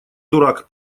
дурак